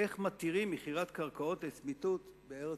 איך מתירים מכירת קרקעות לצמיתות בארץ-ישראל?